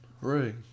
Right